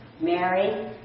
Mary